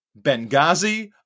Benghazi